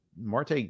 Marte